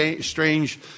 strange